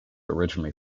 originally